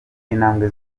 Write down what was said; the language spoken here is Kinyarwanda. intambwe